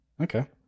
Okay